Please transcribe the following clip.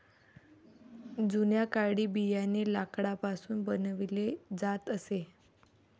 जुन्या काळी बियाणे लाकडापासून बनवले जात असे